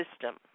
system